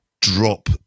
drop